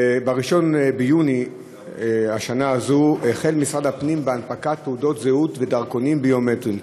ב-1 ביוני השנה החל משרד הפנים בהנפקת תעודות זהות ודרכונים ביומטריים,